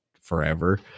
forever